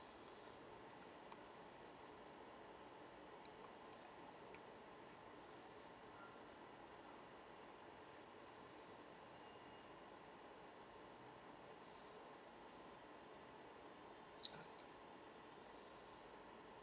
okay